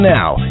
now